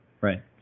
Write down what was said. Right